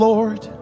Lord